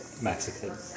Mexican